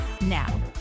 now